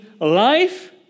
life